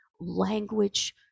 language